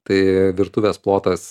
tai virtuvės plotas